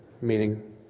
meaning